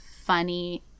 funny